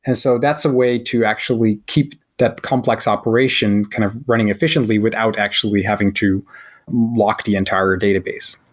and so that's a way to actually keep that complex operation kind of running efficiently without actually having to lock the entire database.